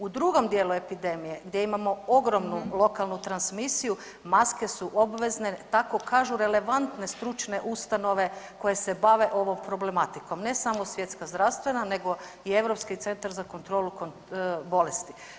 U drugom dijelu epidemije gdje imamo ogromnu lokalnu transmisiju maske su obvezne tako kažu relevantne stručne ustanove koje se bave ovom problematikom ne samo svjetska zdravstvena nego i Europski centar za kontrolu bolesti.